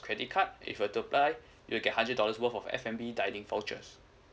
credit card if you were to apply you'll get hundred dollars worth of F&B dining vouchers